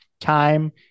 time